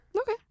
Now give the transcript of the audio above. Okay